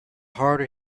harder